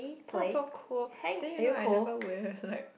then I so cool then you know I never wear like